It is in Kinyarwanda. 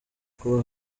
kuba